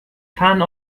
fahnen